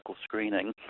screening